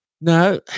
No